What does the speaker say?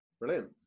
Brilliant